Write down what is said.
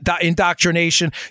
indoctrination